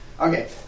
Okay